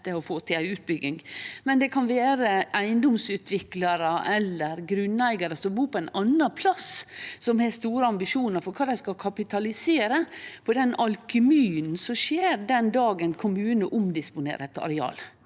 å få til ei utbygging, men det kan vere eigedomsutviklarar eller grunneigarar som bur på ein annan plass, som har store ambisjonar for kva dei skal kapitalisere på den alkymien som skjer den dagen kommunen omdisponerer eit areal.